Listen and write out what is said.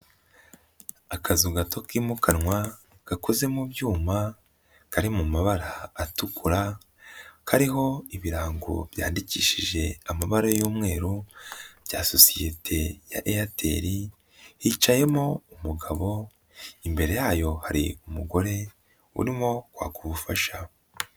Akazu gato ki mukanwa gakoze mu byuma kari mu mabara atukura, kariho ibirango byandikishije amabara y'umweru bya sosiyete ya eyateli hicayemo umugabo, imbere yayo hari umugore urimo kwaka ubufasha.